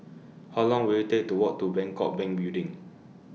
How Long Will IT Take to Walk to Bangkok Bank Building